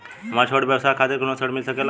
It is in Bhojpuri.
हमरे छोट व्यवसाय खातिर कौनो ऋण मिल सकेला?